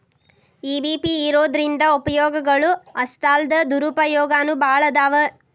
EBP ಇರೊದ್ರಿಂದಾ ಉಪಯೊಗಗಳು ಅಷ್ಟಾಲ್ದ ದುರುಪಯೊಗನೂ ಭಾಳದಾವ್